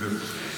בדיוק.